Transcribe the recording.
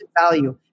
value